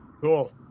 Cool